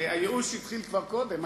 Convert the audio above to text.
הייאוש התחיל כבר קודם,